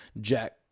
Jack